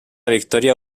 victòria